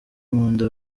nkunda